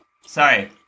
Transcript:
Sorry